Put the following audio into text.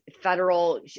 federal